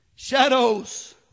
Shadows